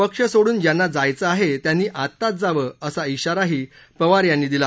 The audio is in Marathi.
पक्ष सोडून ज्यांना जायचं आहे त्यांनी आत्ताच जावं असा आाराही पवार यांनी दिला